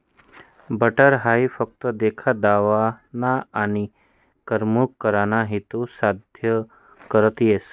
butter हाई फक्त देखा दावाना आनी करमणूक कराना हेतू साद्य करता येस